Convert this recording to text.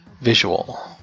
Visual